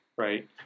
Right